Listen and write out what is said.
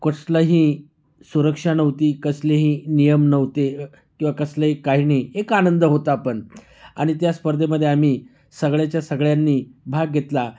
कसलीही सुरक्षा नव्हती कसलेही नियम नव्हते किंवा कसलेही काही नाही एक आनंद होता पण आणि त्या स्पर्धेमध्ये आम्ही सगळ्याच्या सगळ्यांनी भाग घेतला